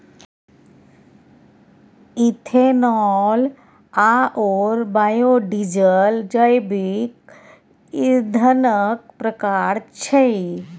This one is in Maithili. इथेनॉल आओर बायोडीजल जैविक ईंधनक प्रकार छै